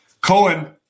Cohen